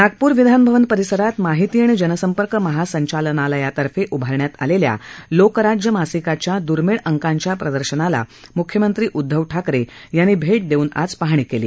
नागपूर विधानभवन परिसरात माहिती आणि जनसंपर्क महासंचालनालयातर्फे उभारण्यात आलेल्या लोकराज्य मासिकाच्या दर्मिळ अंकाच्या प्रदर्शनाला मुख्यमंत्री उदधव ठाकरे यांनी भेट देऊन आज पाहणी केली